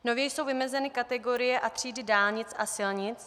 Nově jsou vymezeny kategorie a třídy dálnic silnic.